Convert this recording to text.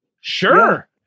sure